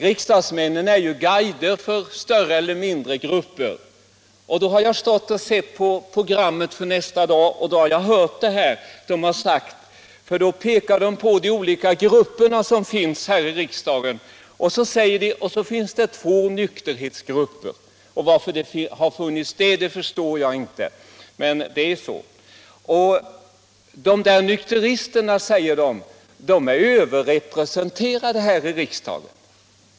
Riksdagsmännen är ju guider för större eller mindre grupper, och när jag har stått och sett på programmet för nästa dag har jag ibland märkt att någon pekar på tavlan med de olika grupper som finns här och säger: Och så finns det två nykterhetsgrupper. Varför det finns det förstår jag inte, men det är så. Och de där nykteristerna, säger man, är överrepresenterade här i riksdagen.